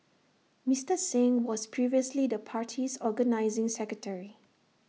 Mister Singh was previously the party's organising secretary